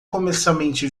comercialmente